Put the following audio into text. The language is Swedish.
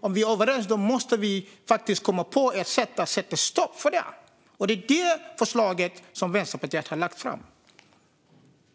Om vi är överens måste vi komma på ett sätt att sätta stopp för detta, och det är det som Vänsterpartiet har lagt fram